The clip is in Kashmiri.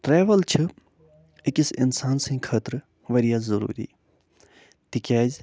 ٹرٛٮ۪وٕل چھِ أکِس اِنسان سٕنٛدۍ خٲطرٕ وارِیاہ ضٔروٗری تِکیٛازِ